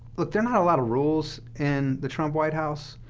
look, there are not a lot of rules in the trump white house,